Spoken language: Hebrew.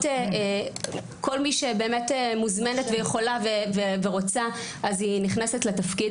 "כל מי שבאמת מוזמנת ויכולה ורוצה אז היא נכנסת לתפקיד".